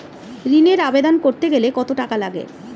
ঋণের আবেদন করতে গেলে কত টাকা লাগে?